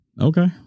Okay